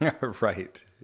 Right